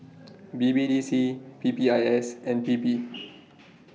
B B D C P P I S and P P